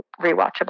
rewatchable